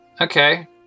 Okay